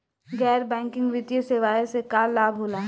गैर बैंकिंग वित्तीय सेवाएं से का का लाभ होला?